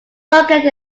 located